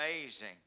amazing